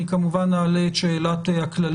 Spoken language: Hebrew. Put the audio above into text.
אני כמובן בעוד רגע אעלה את שאלת הכללים.